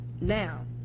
now